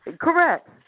Correct